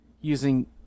using